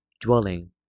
dwelling